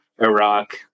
Iraq